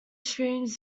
streams